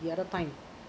the other time